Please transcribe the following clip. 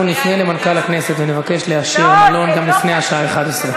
אנחנו נפנה למנכ"ל הכנסת ונבקש לאשר מלון גם לפני השעה 23:00. לא,